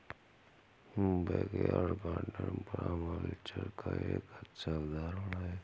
backyard garden permaculture का एक अच्छा उदाहरण हैं